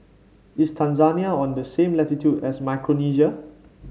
is Tanzania on the same latitude as Micronesia